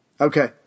Okay